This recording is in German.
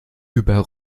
über